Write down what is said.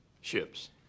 Ships